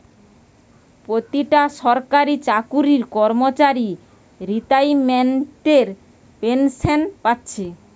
পোতিটা সরকারি চাকরির কর্মচারী রিতাইমেন্টের পেনশেন পাচ্ছে